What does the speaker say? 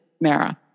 Mara